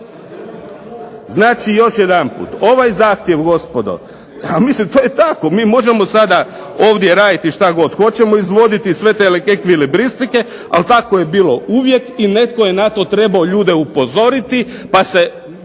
Znači, još jedanput. Ovaj zahtjev gospodo, ha mislim to je tako. Mi možemo sada ovdje raditi šta god hoćemo, izvoditi sve te .../Govornik se ne razumije./... i libristike, ali tako je bilo uvijek i netko je na to trebao ljude upozoriti, pa bi